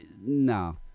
no